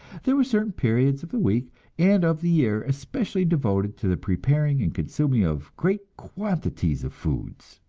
there were certain periods of the week and of the year especially devoted to the preparing and consuming of great quantities of foods.